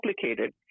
complicated